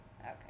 Okay